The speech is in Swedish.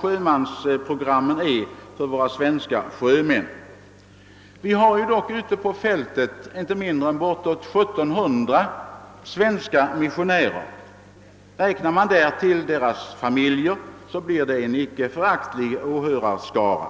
sjömansprogrammen är för våra svenska sjömän. Och ute på fältet finns ju ungefär 1700 svenska missionärer. Räknar vi dessutom in deras familjer blir det en icke föraktlig lyssnarskara.